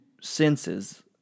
senses